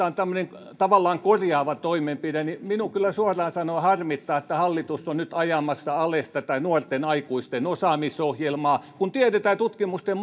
on tämmöinen tavallaan korjaava toimenpide niin minua kyllä suoraan sanoen harmittaa että hallitus on nyt ajamassa alas tätä nuorten aikuisten osaamisohjelmaa kun tiedetään tutkimusten